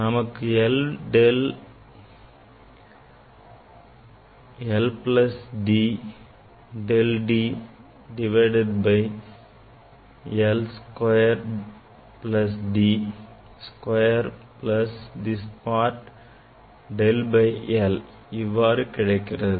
நமக்கு l del l plus D del D divided by l square plus D square plus this part del l by l இவ்வாறு கிடைக்கிறது